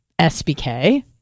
SBK